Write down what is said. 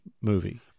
movie